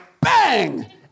bang